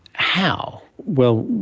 how? well,